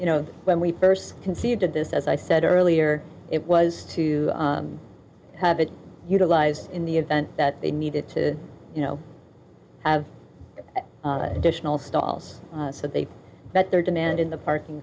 you know when we first conceived of this as i said earlier it was to have it utilized in the event that they needed to you know have additional stalls so they met their demand in the parking